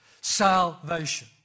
Salvation